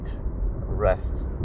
rest